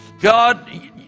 god